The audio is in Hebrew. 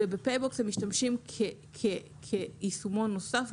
וב"פייבוקס" הם משתמשים כיישומון נוסף,